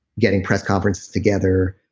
getting press conferences together,